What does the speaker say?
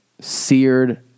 seared